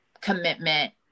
commitment